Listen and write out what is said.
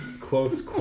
Close